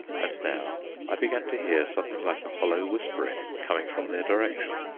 and now i began to hear something like a hollow whispering coming from their direction.